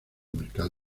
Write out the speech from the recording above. mercado